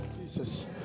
Jesus